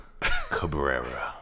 Cabrera